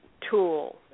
tool